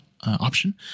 option